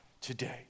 today